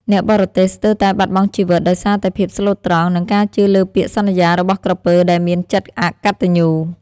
អ្នកបរទេះស្ទើរតែបាត់បង់ជីវិតដោយសារតែភាពស្លូតត្រង់ និងការជឿលើពាក្យសន្យារបស់ក្រពើដែលមានចិត្តអកតញ្ញូ។